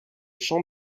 champ